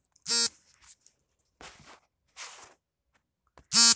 ವಿಮೆ ಪಡೆಯಲು ಅವಶ್ಯಕತೆಯಿರುವ ಕನಿಷ್ಠ ವಯೋಮಿತಿ ಎಷ್ಟು?